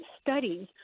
studies